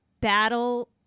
battle